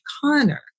Connor